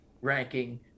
ranking